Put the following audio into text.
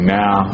now